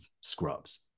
scrubs